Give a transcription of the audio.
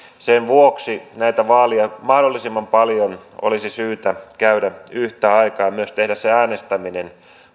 sen vuoksi näitä vaaleja mahdollisimman paljon olisi syytä käydä yhtä aikaa ja myös tehdä se äänestäminen